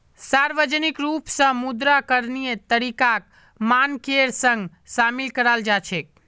सार्वजनिक रूप स मुद्रा करणीय तरीकाक मानकेर संग शामिल कराल जा छेक